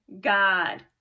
God